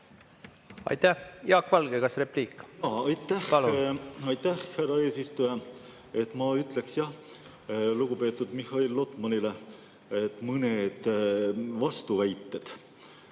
Aitäh! Jaak Valge, kas repliik?